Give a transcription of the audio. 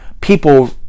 people